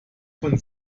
von